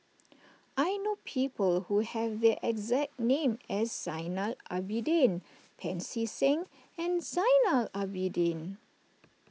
I know people who have the exact name as Zainal Abidin Pancy Seng and Zainal Abidin